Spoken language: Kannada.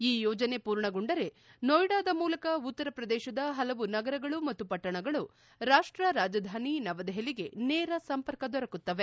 ಈ ಯೋಜನೆ ಪೂರ್ಣಗೊಂಡರೆ ನೋಯ್ವಾದ ಮೂಲಕ ಉತ್ತರ ಪ್ರದೇಶದ ಪಲವು ನಗರಗಳು ಮತ್ತು ಪಟ್ಟಣಗಳು ರಾಷ್ಟ ರಾಜಧಾನಿ ನವದೆಹಲಿಗೆ ನೇರ ಸಂಪರ್ಕ ದೊರಕುತ್ತದೆ